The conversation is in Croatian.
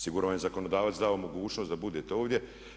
Sigurno vam je zakonodavac dao mogućnost da budete ovdje.